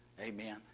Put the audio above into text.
Amen